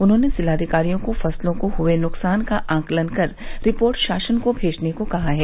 उन्होंने जिलाधिकारियों को फसलों को हुए नुकसान का आकलन कर रिपोर्ट शासन को भेजने को कहा है